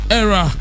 era